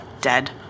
dead